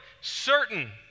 certain